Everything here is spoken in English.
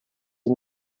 are